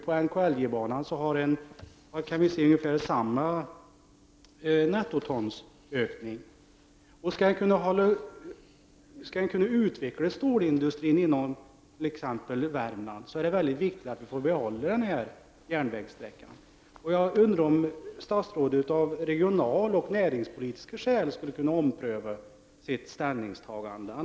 Vi kan se ungefär samma nettotonökning på NKLJ-banan 1982 1987. Om man skall kunna utveckla stålindustrin i Värmland är det mycket viktigt att vi får behålla den här järnvägssträckan. Kan statsrådet av regionaloch näringspolitiska skäl ompröva sitt ställningstagande?